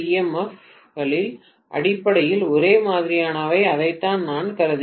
F கள் அடிப்படையில் ஒரே மாதிரியானவை அதைத்தான் நான் கருதுகிறேன்